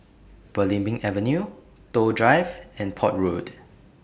Belimbing Avenue Toh Drive and Port Road